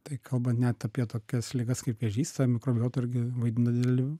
tai kalbant net apie tokias ligas kaip vėžys ta mikrobiota irgi vaidina didelį